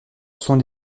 sont